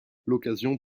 l’occasion